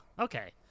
okay